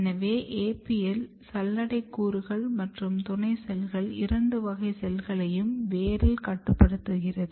எனவே APL சல்லடை கூறுகள் மற்றும் துணை செல்கள் இரண்டு வகை செல்களையும் வேரில் கட்டுப்படுத்துகிறது